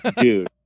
dude